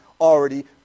already